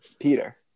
Peter